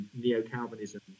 neo-Calvinism –